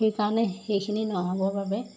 সেইকাৰণে সেইখিনি নহ'বৰ বাবে